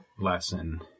lesson